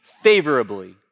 favorably